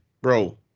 bro